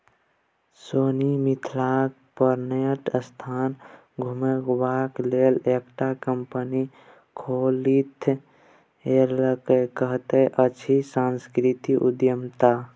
सोहन मिथिलाक पर्यटन स्थल घुमेबाक लेल एकटा कंपनी खोललथि एकरे कहैत अछि सांस्कृतिक उद्यमिता